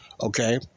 Okay